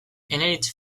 eneritz